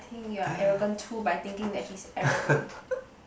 think you are arrogant too by thinking that he's arrogant